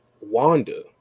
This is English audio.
Wanda